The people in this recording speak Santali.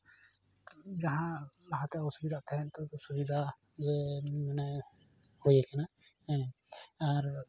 ᱡᱟᱦᱟᱸ ᱞᱟᱦᱟᱛᱮ ᱚᱥᱩᱵᱤᱫᱷᱟᱜ ᱛᱟᱦᱮᱸᱡ ᱱᱤᱛᱳᱜ ᱫᱚ ᱥᱩᱵᱤᱫᱷᱟ ᱜᱮ ᱢᱟᱱᱮ ᱦᱳᱭᱟᱠᱟᱱᱟ ᱟᱨ